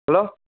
hello